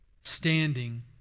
standing